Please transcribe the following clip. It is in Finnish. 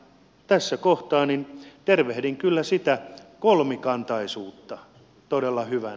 tässä kohtaa tervehdin kyllä sitä kolmikantaisuutta todella hyvänä